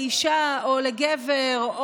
לאישה או לגבר,